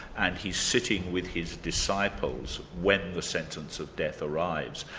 and he's sitting with his disciples when the sentence of death arrives,